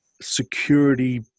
security